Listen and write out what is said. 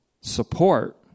support